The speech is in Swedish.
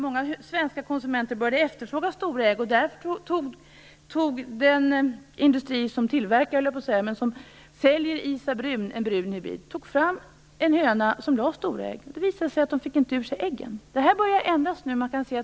Många svenska konsumenter började efterfråga stora ägg. Därför tog den industri som säljer Isabrun, en brun hybrid, fram en höna som lade stora ägg. Det visade sig att den inte fick ur sig äggen. Det börjar ändra sig nu.